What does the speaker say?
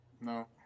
no